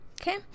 Okay